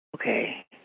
Okay